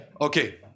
Okay